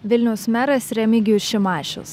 vilniaus meras remigijus šimašius